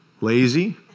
Lazy